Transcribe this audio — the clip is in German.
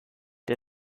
der